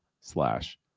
slash